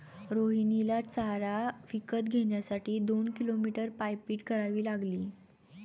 रोहिणीला चारा विकत घेण्यासाठी दोन किलोमीटर पायपीट करावी लागली